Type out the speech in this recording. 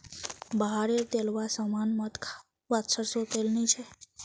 बाहर रे तेलावा सामान मत खा वाहत सरसों तेल नी छे